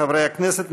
חברי הכנסת,